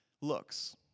looks